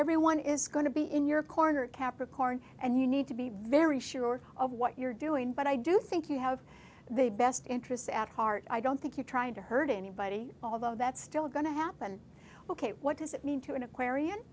everyone is going to be in your corner capricorn and you need to be very sure of what you're doing but i do think you have the best interests at heart i don't think you're trying to hurt anybody although that's still going to happen ok what does it mean to an aquari